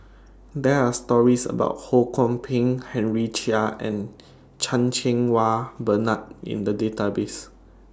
There Are stories about Ho Kwon Ping Henry Chia and Chan Cheng Wah Bernard in The Database